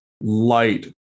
light